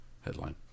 headline